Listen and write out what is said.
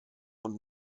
und